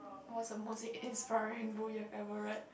what's the most ins~ inspiring book you have ever read